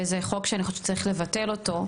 ואני חושבת שצריך לבטל אותו,